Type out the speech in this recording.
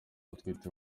atwite